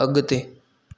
अगि॒ते